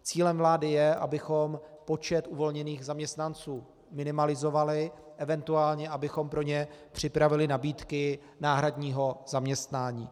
Cílem vlády je, abychom počet uvolněných zaměstnanců minimalizovali, eventuálně abychom pro ně připravili nabídky náhradního zaměstnání.